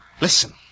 Listen